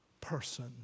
person